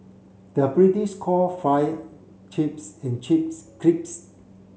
the British call fry chips and chips crisps